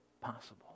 possible